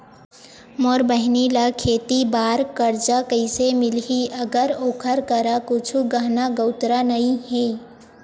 मोर बहिनी ला खेती बार कर्जा कइसे मिलहि, अगर ओकर करा कुछु गहना गउतरा नइ हे?